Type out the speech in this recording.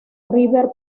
river